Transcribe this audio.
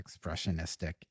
expressionistic